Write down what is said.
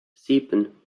sieben